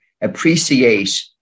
appreciate